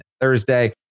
Thursday